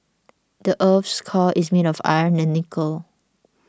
the earth's core is made of iron and nickel